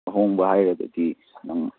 ꯑꯍꯣꯡꯕ ꯍꯥꯏꯔꯒꯗꯤ ꯅꯪ